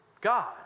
God